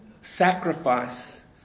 sacrifice